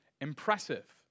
impressive